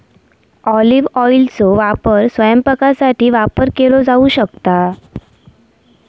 olive ऑइलचो वापर स्वयंपाकासाठी वापर केलो जाऊ शकता